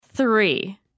Three